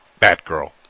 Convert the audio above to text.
Batgirl